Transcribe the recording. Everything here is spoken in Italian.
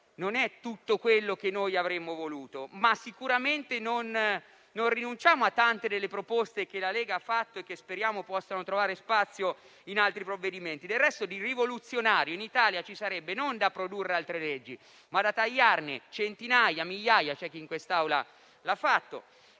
Non è tutto quello che noi avremmo voluto, ma sicuramente non rinunciamo a tante delle proposte che la Lega ha fatto e che speriamo possano trovare spazio in altri provvedimenti. Peraltro, per fare qualcosa di rivoluzionario in Italia ci sarebbe non da produrre altre leggi, ma da tagliarne centinaia, migliaia (peraltro in quest'Aula c'è chi